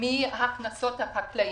מהכנסות החקלאים.